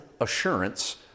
assurance